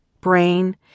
brain